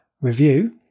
review